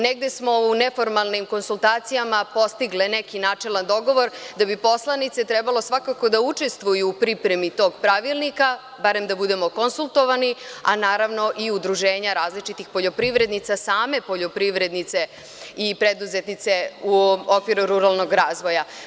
Negde smo u neformalnim konsultacijama postigle neki načelan dogovor da bi poslanice trebalo svakako da učestvuju u pripremi tog pravilnika, barem da budemo konsultovani, a naravno i udruženja različitih poljoprivrednica, same poljoprivrednice i preduzetnice u okviru ruralnog razvoja.